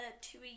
two